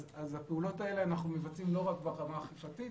את הפעולות האלה אנחנו מבצעים לא רק ברמה האכיפתית,